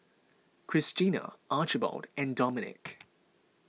Krystina Archibald and Domenic